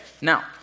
now